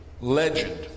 legend